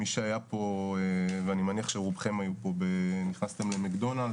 מי שנכנס אני מניח שרובכם נכנסתם למקדונלד,